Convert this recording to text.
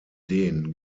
den